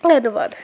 ਧੰਨਵਾਦ